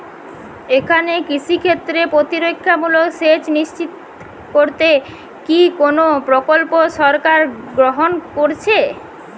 এখানে কৃষিক্ষেত্রে প্রতিরক্ষামূলক সেচ নিশ্চিত করতে কি কোনো প্রকল্প সরকার গ্রহন করেছে?